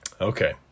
Okay